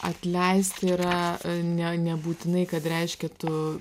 atleisti yra ne nebūtinai kad reiškia tu